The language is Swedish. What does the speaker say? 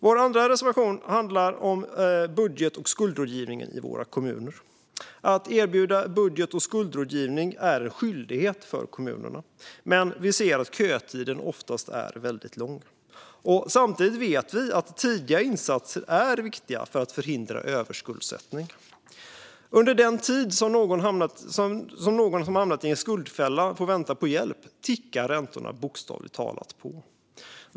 Vår andra reservation handlar om budget och skuldrådgivningen i våra kommuner. Att erbjuda budget och skuldrådgivning är en skyldighet för kommunerna. Men vi ser att kötiden oftast är väldigt lång. Samtidigt vet vi att tidiga insatser är viktiga för att förhindra överskuldsättning. Under den tid som någon som hamnat i en skuldfälla får vänta på hjälp tickar räntorna bokstavligt talat på.